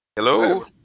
Hello